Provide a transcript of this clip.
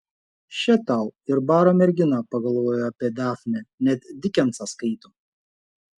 še tau ir baro mergina pagalvojo apie dafnę net dikensą skaito